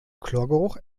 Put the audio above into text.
chlorgeruch